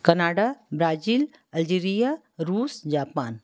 Canada Brazil Algeria Russia Japan